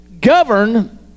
govern